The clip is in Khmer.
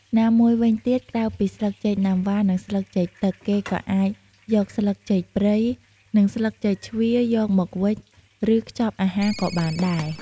ណាមួយវិញទៀត ក្រៅពីស្លឹកចេកណាំវ៉ា និងស្លឹកចេកទឹក គេក៏អាចយកស្លឹកចេកព្រៃ និងស្លឹកចេកជ្វាយកមកវេច ឬខ្ចប់អាហារក៍បានដែរ។